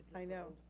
i know.